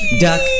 duck